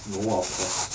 no ah of course